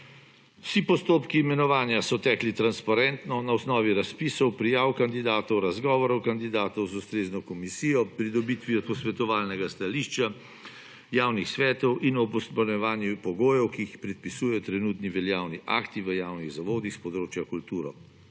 Vsi postopki imenovanja so tekli transparentno na osnovi razpisov, prijav kandidatov, razgovorov kandidatov z ustrezno komisijo, pridobitvijo posvetovalnega stališča javnih svetov in ob izpolnjevanju pogojev, ki jih predpisujejo trenutni veljavni akti v javnih zavodih s področja kulture.